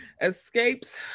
escapes